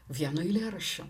vieno eilėraščio